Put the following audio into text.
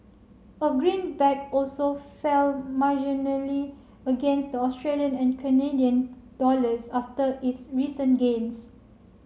a greenback also fell marginally against Australian and Canadian dollars after its recent gains